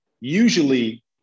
usually